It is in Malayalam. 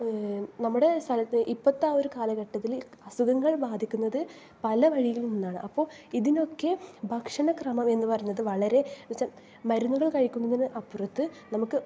നമ്മുടെ സ്ഥലത്ത് ഇപ്പോഴത്തെ ആ ഒരു കാലഘട്ടത്തിൽ അസുഖങ്ങൾ ബാധിക്കുന്നത് പല വഴിയിൽ നിന്നാണ് അപ്പോൾ ഇതിനൊക്കെ ഭക്ഷണക്രമം എന്ന് പറയുന്നത് വളരെ എന്ന് വച്ചാൽ മരുന്നുകൾ കഴിക്കുന്നതിന് അപ്പുറത്ത് നമുക്ക്